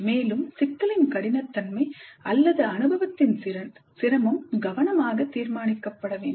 மேலும் சிக்கலின் கடினத்தன்மை அல்லது அனுபவத்தின் சிரமம் கவனமாக தீர்மானிக்கப்பட வேண்டும்